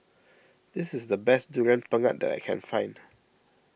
this is the best Durian Pengat that I can find